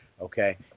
okay